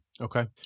Okay